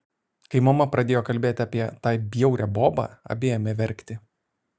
kai mama pradėjo kalbėti apie tą bjaurią bobą abi ėmė verkti